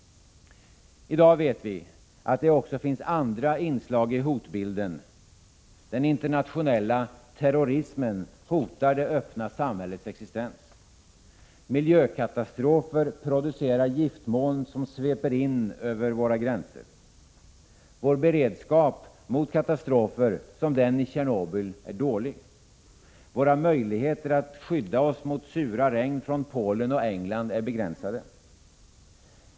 I dag vet vi att det också finns andra inslag i hotbilden. Den internationella terrorismen hotar det öppna samhällets existens. Miljökatastrofer producerar giftmoln, som sveper in över våra gränser. Vår beredskap mot katastrofer som den i Tjernobyl är dålig. Våra möjligheter att skydda oss mot sura regn från Polen och England är begränsade.